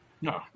No